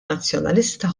nazzjonalista